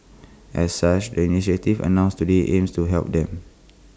as such the initiatives announced today aims to help them